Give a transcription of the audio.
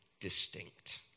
distinct